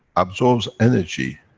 absorbs energy,